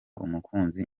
umukunzi